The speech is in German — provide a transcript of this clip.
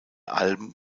alben